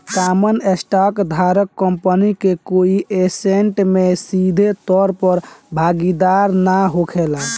common stock धारक company के कोई ऐसेट में सीधे तौर पर भागीदार ना होखेला